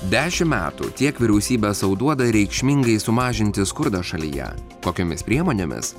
dešimt metų tiek vyriausybė sau duoda reikšmingai sumažinti skurdą šalyje kokiomis priemonėmis